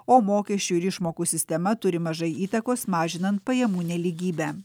o mokesčių ir išmokų sistema turi mažai įtakos mažinant pajamų nelygybę